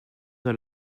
dans